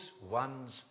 one's